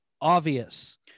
obvious